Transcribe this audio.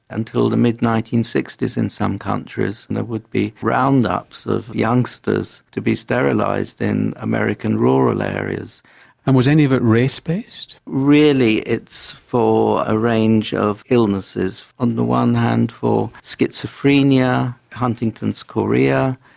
until the mid nineteen sixty s in some countries and there would be roundups of youngsters to be sterilised in american rural areas and was any of it race based? really it's for a range of illnesses. on the one hand for schizophrenia, huntington's chorea,